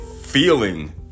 feeling